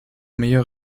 meilleur